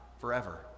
forever